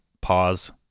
pause